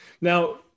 Now